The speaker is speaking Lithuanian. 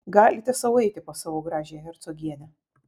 galite sau eiti pas savo gražiąją hercogienę